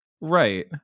Right